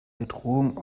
bedrohung